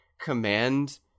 Command